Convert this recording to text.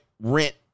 rent